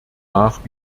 nach